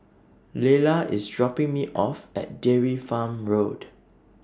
Layla IS dropping Me off At Dairy Farm Road